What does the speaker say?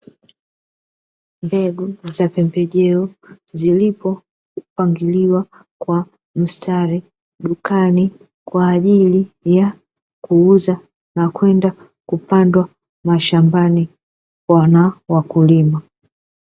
Mbegu za pembejeo, zilipopangiliwa kwa mstari dukani kwa ajili ya kuuza na kwenda kupandwa mashambani kwa wakulima.